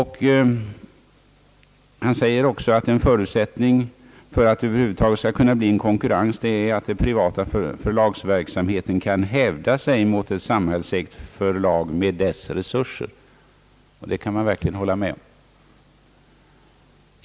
Han säger att en förutsättning för att det över huvud taget skall kunna bli en konkurrens är att den privata förlagsverksamheten kan hävda sig mot ett samhällsägt förlag med dess resurser. Det kan man verkligen hålla med om.